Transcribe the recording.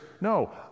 no